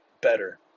better